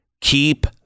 keep